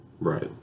right